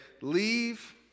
leave